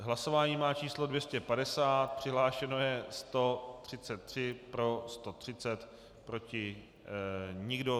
Hlasování má číslo 250, přihlášeno je 133, pro 130, proti nikdo.